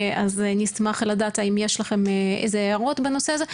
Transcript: אז נשמח לדעת האם יש לכם איזשהן הערות בנושא הזה?